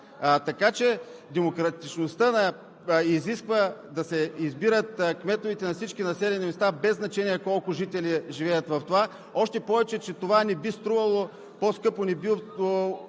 Така че демократичността изисква да се избират кметовете на всички населени места без значение колко жители живеят, още повече че това не би струвало по-скъпо, не би оскъпило